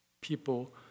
people